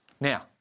Now